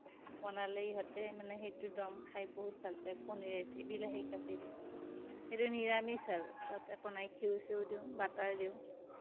বনালে ইহঁতে মানে সেইটো ডম খাই বহুত ভাল পায় পনীৰেদি বিলাহি কাটি কিন্তু নিৰামিষ আৰু তাত একো নাই ঘিঁউ চিউ দিওঁ বাটাৰ দিওঁ